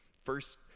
first